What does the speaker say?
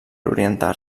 orientar